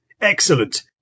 excellent